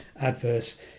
adverse